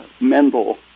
Mendel